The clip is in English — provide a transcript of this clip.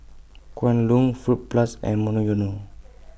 Kwan Loong Fruit Plus and Monoyono